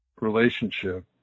relationship